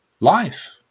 life